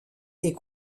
est